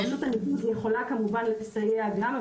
רשות הניקוז יכולה כמובן לסייע גם,